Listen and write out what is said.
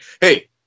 Hey